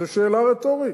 זו שאלה רטורית.